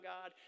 God